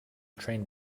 train